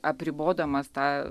apribodamas tą